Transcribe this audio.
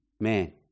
man